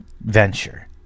venture